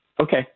Okay